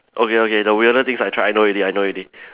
okay okay the weirdest thing I tried I know already I know already